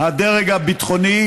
הדרג הביטחוני